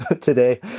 today